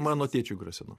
mano tėčiui grasino